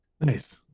Nice